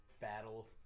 battle